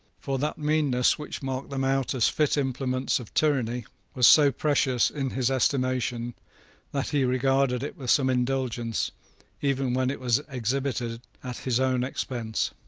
for that meanness which marked them out as fit implements of tyranny was so precious in his estimation that he regarded it with some indulgence even when it was exhibited at his own expense.